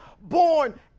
born